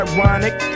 Ironic